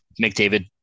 McDavid